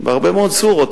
בהרבה מאוד סורות.